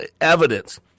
evidence